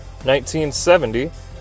1970